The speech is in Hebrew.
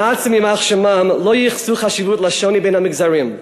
הנאצים יימח שמם לא ייחסו חשיבות לשוני בין המגזרים.